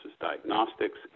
diagnostics